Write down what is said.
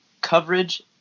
coverage